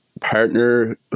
partner